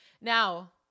Now